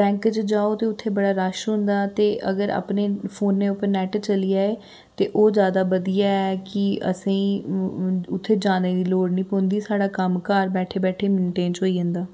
bank च जाओ ते उत्थें बड़ा रश होंदा ते अगर अपने फोनै उप्पर नेट चली जाए ते ओह् ज्यादा बधियै ऐ कि असेंई उत्थें जाने दी लोड़ नी पौंदी साढ़ा कम्म घर बैठे बैठे मिंट्टे च होई जंदा